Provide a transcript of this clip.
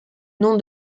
nom